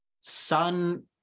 Sun